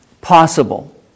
possible